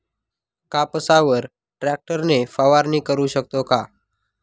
कापसावर ट्रॅक्टर ने फवारणी करु शकतो का?